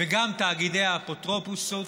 וגם תאגידי האפוטרופסות,